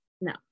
No